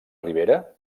ribera